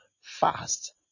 fast